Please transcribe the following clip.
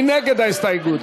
מי נגד ההסתייגות?